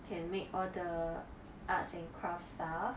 can make all the arts and craft stuff